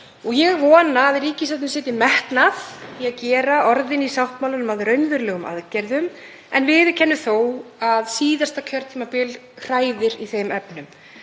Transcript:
Ég vona að ríkisstjórnin setji metnað í að gera orðin í sáttmálanum að raunverulegum aðgerðum en viðurkenni þó að síðasta kjörtímabil hræðir í þeim efnum.